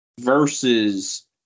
versus